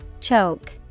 Choke